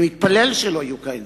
אני מתפלל שלא יהיו כאלה דברים.